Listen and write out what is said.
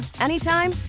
anytime